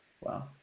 Wow